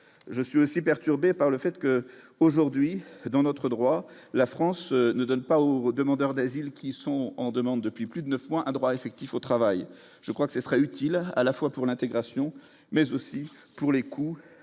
je suis aussi perturbé par le fait que, aujourd'hui, dans notre droit la France ne donne pas aux demandeurs d'asile qui sont en demande depuis plus de 9 mois un droit effectif au travail, je crois que ce sera utile à la fois pour l'intégration, mais aussi pour les coûts